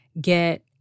get